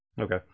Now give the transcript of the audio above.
Okay